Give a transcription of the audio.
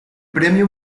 premio